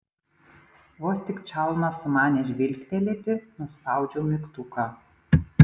vos tik čalma sumanė žvilgtelėti nuspaudžiau mygtuką